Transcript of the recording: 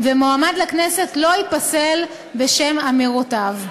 ומועמד לכנסת לא ייפסל בשל אמירותיו.